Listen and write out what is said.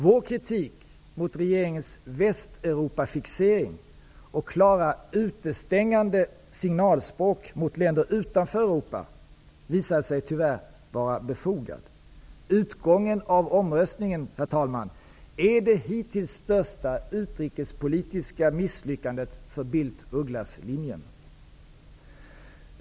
Vår kritik mot regeringens västeuropafixering och klara utestängande signalspråk mot länder utanför Europa visade sig tyvärr vara befogad. Utgången av omröstningen är, herr talman, det hittills största utrikespolitiska misslyckandet för Bildt-Ugglaslinjen.